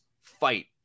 fight